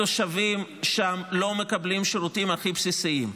התושבים שם לא מקבלים שירותים הכי בסיסיים.